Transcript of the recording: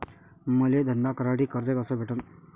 मले धंदा करासाठी कर्ज कस भेटन?